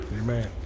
Amen